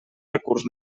recurs